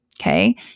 okay